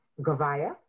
Gavaya